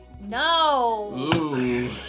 No